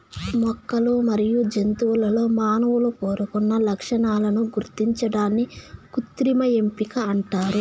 మొక్కలు మరియు జంతువులలో మానవులు కోరుకున్న లక్షణాలను గుర్తించడాన్ని కృత్రిమ ఎంపిక అంటారు